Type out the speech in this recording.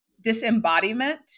disembodiment